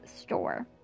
store